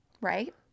Right